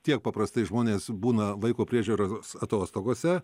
tiek paprastai žmonės būna vaiko priežiūros atostogose